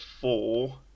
four